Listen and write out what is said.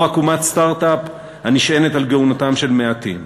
לא רק אומת סטרט-אפ הנשענת על גאונותם של מעטים.